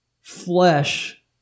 flesh